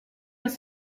was